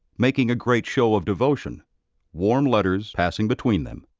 making a great show of devotion warm letters passing between them.